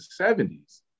70s